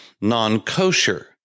non-kosher